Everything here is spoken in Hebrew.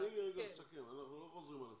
רגע, תני לי לסכם, אנחנו לא חוזרים על עצמנו.